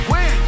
Win